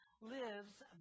lives